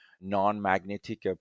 non-magnetic